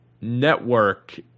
network